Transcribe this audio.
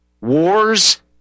wars